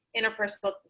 interpersonal